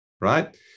right